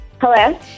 Hello